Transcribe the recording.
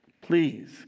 Please